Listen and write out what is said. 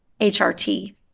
HRT